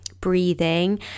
breathing